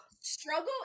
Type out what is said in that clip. Struggle